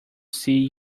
see